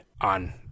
on